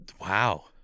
Wow